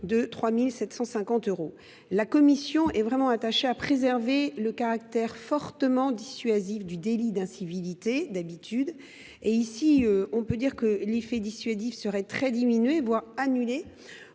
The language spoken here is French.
de 3 750 euros. La commission est attachée à préserver le caractère fortement dissuasif du délit d’incivilité d’habitude. En l’occurrence, l’effet dissuasif serait très diminué, voire annulé,